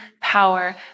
power